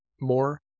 more